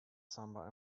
samba